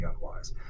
unwise